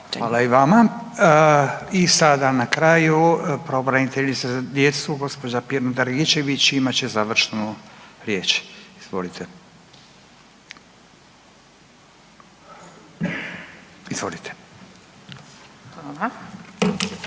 Hvala i vama. I sada na kraju pravobraniteljica za djecu gospođa Pirnat Dragičević imat će završnu riječ. Izvolite. **Pirnat